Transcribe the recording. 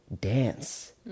dance